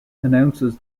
announces